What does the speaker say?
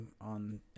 on